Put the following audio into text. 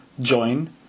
join